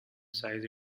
size